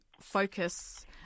focus